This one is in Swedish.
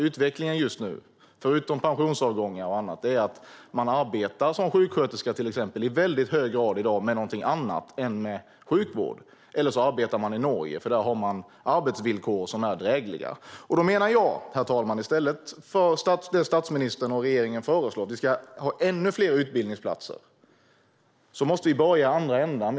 Utvecklingen just nu, förutom pensionsavgångar och annat, är att man som till exempel sjuksköterska i dag i väldigt hög grad arbetar med någonting annat än med sjukvård, eller så arbetar man i Norge, för där har man arbetsvillkor som är drägliga. Herr talman! Jag menar att i stället för det som statsministern och regeringen föreslår med att vi ska ha ännu fler utbildningsplatser måste vi börja i andra ändan.